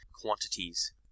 quantities